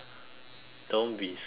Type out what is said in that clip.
don't be scared